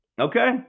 Okay